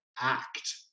act